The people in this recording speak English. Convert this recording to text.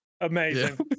Amazing